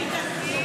במקומות.